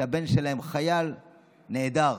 שבה הבן חייל נעדר.